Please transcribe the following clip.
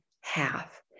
half